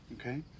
okay